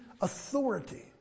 authority